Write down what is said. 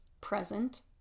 present